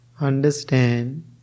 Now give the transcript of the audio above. Understand